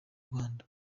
rwanda